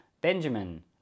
Benjamin